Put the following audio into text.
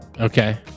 Okay